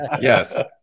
yes